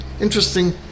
Interesting